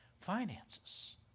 finances